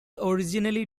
originally